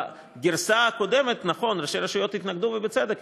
בגרסה הקודמת, נכון, ראשי הרשויות התנגדו, ובצדק.